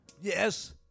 Yes